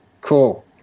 Cool